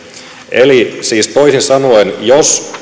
eli siis toisin sanoen jos